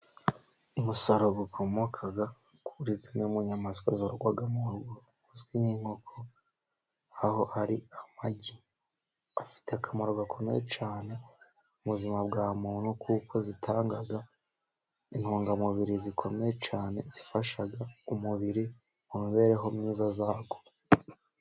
Umusaruro ukomoka kuri zimwe mu nyamaswa zorwa mu rugo zizwi nk'inkoko, aho hari amagi afite akamaro gakomeye cyane mu buzima bwa muntu, kuko zitanga intungamubiri zikomeye cyane zifasha umubiri mu mibereho myiza ya wo.